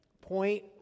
point